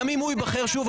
גם אם הוא ייבחר שוב,